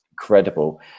incredible